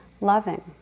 loving